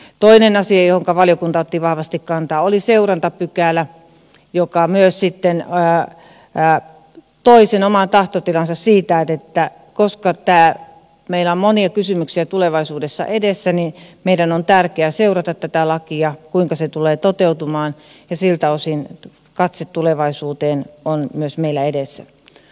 toinen asia johonka valiokunta otti vahvasti kantaa oli seurantapykälä joka myös sitten toi sen oman tahtotilansa siitä että koska meillä on monia kysymyksiä tulevaisuudessa edessä niin meidän on tärkeä seurata tätä lakia kuinka se tulee toteutumaan ja siltä osin katse tulevaisuuteen on myös meillä edessä